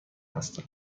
هستم